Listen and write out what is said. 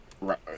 right